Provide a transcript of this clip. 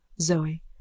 Zoe